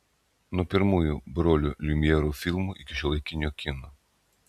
nuo pirmųjų brolių liumjerų filmų iki šiuolaikinio kino